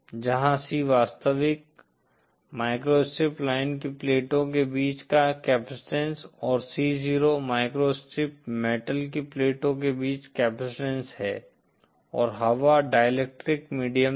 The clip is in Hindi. जहाँ C वास्तविक माइक्रोस्ट्रिप लाइन की प्लेटों के बीच का कैपैसिटंस और C0 माइक्रोस्ट्रिप मेटल की प्लेटों के बीच कैपैसिटंस है और हवा डाईइलेक्ट्रिक मीडियम था